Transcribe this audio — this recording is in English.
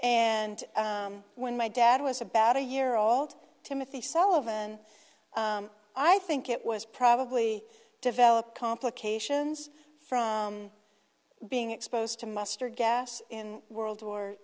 and when my dad was about a year old timothy sullivan i think it was probably develop complications from being exposed to mustard gas in world war